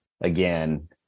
again